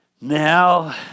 Now